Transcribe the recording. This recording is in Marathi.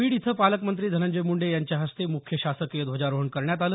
बीड इथं पालकमंत्री धनंजय मुंडे यांच्या हस्ते मुख्य शासकीय ध्वजारोहण करण्यात आलं